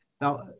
Now